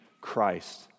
Christ